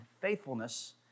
faithfulness